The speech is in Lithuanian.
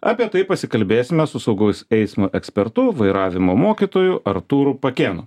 apie tai pasikalbėsime su saugaus eismo ekspertu vairavimo mokytoju artūru pakėnu